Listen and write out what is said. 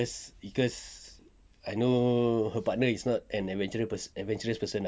cause cause I know her partner is not an adventurous adventurous person ah